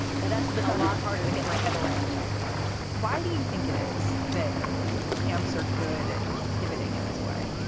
so that's a lot harder to get my head around why do you think it is that camps are good at pivoting in this way?